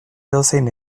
edozein